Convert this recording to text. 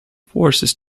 forces